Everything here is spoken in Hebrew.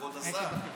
כבוד השר.